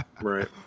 Right